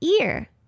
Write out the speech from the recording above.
ear